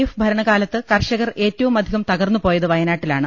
F ഭരണകാലത്ത് കർഷകർ ഏറ്റവും അധികം തകർന്നുപോയത് വയനാട്ടിലാണ്